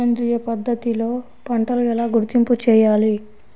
సేంద్రియ పద్ధతిలో పంటలు ఎలా గుర్తింపు చేయాలి?